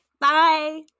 Bye